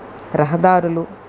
రహదారులు